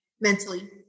mentally